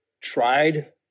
tried